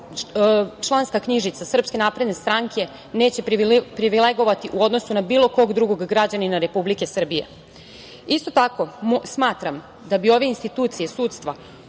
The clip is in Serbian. članska knjižica SNS neće privilegovati u odnosu na bilo kog drugog građanina Republike Srbije. Isto tako, smatram da bi ove institucije sudstva